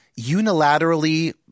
unilaterally